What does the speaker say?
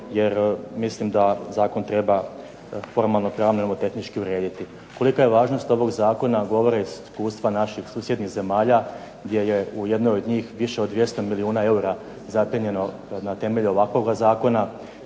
jer mislim da zakon treba formalno pravno i nomotehnički urediti. Kolika je važnost ovog zakona govore iskustva naših susjednih zemalja gdje je u jednoj od njih više od 200 milijuna eura zaplijenjeno na temelju ovakvoga zakona,